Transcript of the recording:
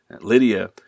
Lydia